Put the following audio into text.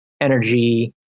energy